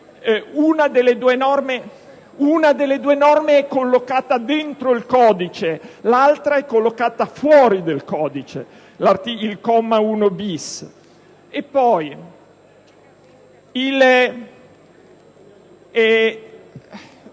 Una delle due norme è collocata dentro il codice, l'altra è collocata fuori: il comma 1-*bis*,